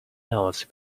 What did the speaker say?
notes